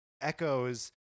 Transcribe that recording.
Echoes